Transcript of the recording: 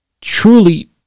truly